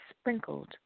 sprinkled